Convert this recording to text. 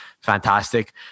fantastic